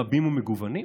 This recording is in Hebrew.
רבים ומגוונים?